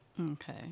Okay